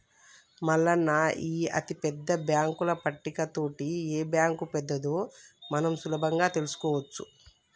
మల్లన్న ఈ అతిపెద్ద బాంకుల పట్టిక తోటి ఏ బాంకు పెద్దదో మనం సులభంగా తెలుసుకోవచ్చు